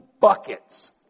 buckets